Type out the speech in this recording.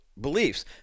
beliefs